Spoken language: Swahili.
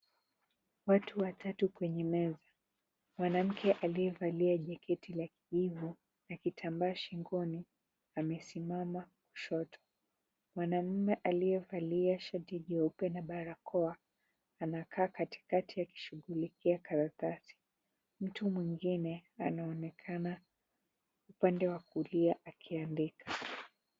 Watu watatu kwenye meza. Mwanamke aliyevalia jaketi la kijivu na kitambaa shingoni amesimama kushoto. Mwanamume aliyevalia shati jeupe na barakoa anakaa katikati akishughulikia karatasi. Mtu mwingine anaonekana upande wa kulia akiandika.